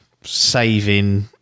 saving